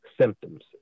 symptoms